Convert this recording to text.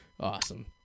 Awesome